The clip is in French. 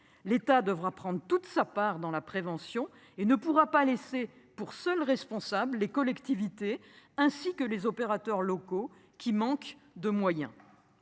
l'État devra prendre toute sa part dans la prévention et ne pourra pas laisser pour seul responsable les collectivités ainsi que les opérateurs locaux qui manque de moyens.